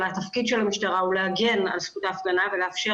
אלא התפקיד של המשטרה הוא להגן על זכות ההפגנה ולאפשר